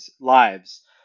lives